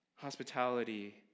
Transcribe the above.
Hospitality